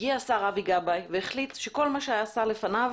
הגיע השר אבי גבאי והחליט שכל מה שנעשה לפניו